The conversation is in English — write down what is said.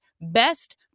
best